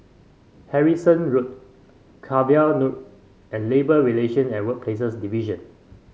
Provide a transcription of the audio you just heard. Harrison Road Cavan Road and Labour Relations and Workplaces Division